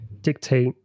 dictate